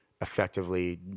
effectively